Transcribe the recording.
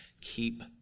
keep